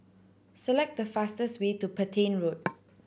select the fastest way to Petain Road